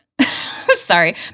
sorry